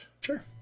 sure